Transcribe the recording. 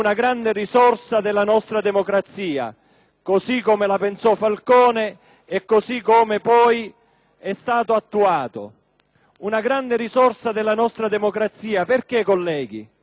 così come lo pensò Falcone e come poi è stato attuato. E' una grande risorsa della nostra democrazia perché le organizzazioni mafiose